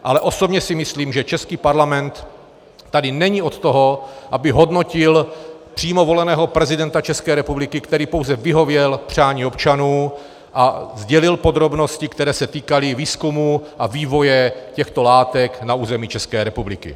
Ale osobně si myslím, že český parlament tady není od toho, aby hodnotil přímo voleného prezidenta České republiky, který pouze vyhověl přání občanů a sdělil podrobnosti, které se týkaly výzkumu a vývoje těchto látek na území České republiky.